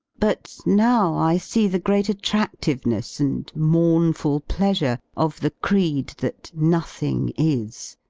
but now i see the great attradliveness and mournful pleasure of the creed that nothing is.